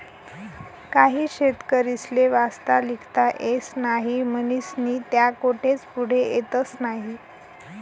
काही शेतकरीस्ले वाचता लिखता येस नही म्हनीस्नी त्या कोठेच पुढे येतस नही